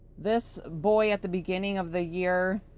this boy, at the beginning of the year